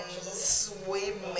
swimming